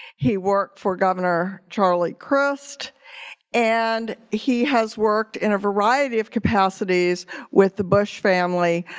he worked for governor charlie crist and he has worked in a variety of capacities with the bush family,